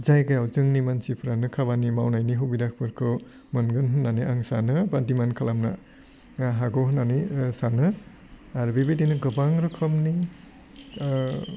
जायगायाव जोंनि मानसिफ्रानो खामानि मावनायनि सुबिदाफोरखौ मोनगोन होन्नानै आं सानो बा दिमान्द खालामनो हागौ होन्नानै सानो आरो बेबायदिनो गोनां रोखोमनि